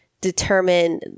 determine